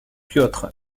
piotr